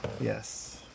yes